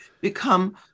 become